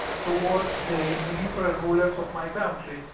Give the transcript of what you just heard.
towards the military rulers of my country,